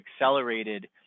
accelerated